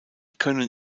können